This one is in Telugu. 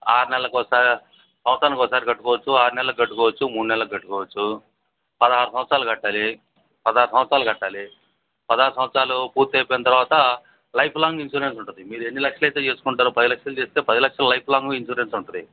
ఆరు నెల్లకొకసా సంవత్సరానికొకసారి కట్టుకోవచ్చు ఆరు నెల్లకి కట్టుకోవచ్చు మూడు నెల్లకి కట్టుకోవచ్చు పదహారు సంవత్సరాలు కట్టాలి పదహారు సంవత్సరాలు కట్టాలి పదహారు సంవత్సరాలు పూర్తి అయిపోయిన తరువాత లైఫ్లాంగ్ ఇన్సురెన్స్ ఉంటుంది మీది ఎన్ని లక్షలైతే చేసుకుంటారో పది లక్షలు చేస్తే పది లక్షలు లైఫ్లాంగు ఇన్సురెన్స్ ఉంటుంది